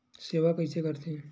सेवा कइसे करथे?